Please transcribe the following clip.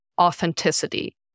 authenticity